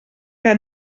que